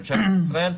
את ממשלת ישראל,